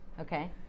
Okay